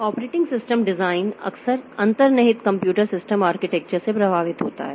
operating system design अक्सर अंतर्निहित computer system architecture से प्रभावित होता है